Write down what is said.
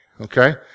Okay